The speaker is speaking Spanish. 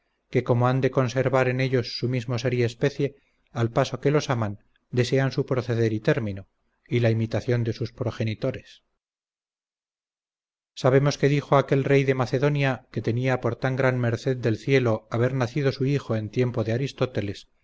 que como han de conservar en ellos su mismo ser y especie al paso que los aman desean su proceder y término y la imitación de sus progenitores sabemos que dijo aquel rey de macedonia que tenía por tan gran merced del cielo haber nacido su hijo en tiempo de aristóteles